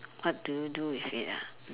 what do you do with it ah